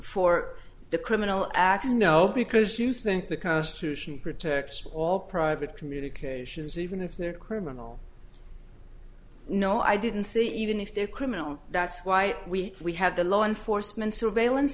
for the criminal acts you know because you think the constitution protects all private communications even if there are criminal no i didn't see even if they're criminal that's why we have the law enforcement surveillance